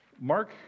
Mark